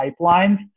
pipelines